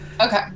Okay